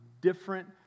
different